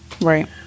Right